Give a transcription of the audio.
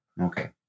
Okay